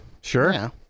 Sure